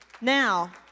Now